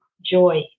joy